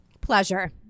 pleasure